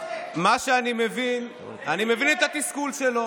זה BDS. אני מבין את התסכול שלו